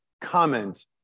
comment